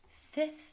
fifth